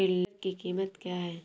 Tiller की कीमत क्या है?